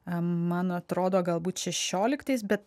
man atrodo galbūt šešioliktais bet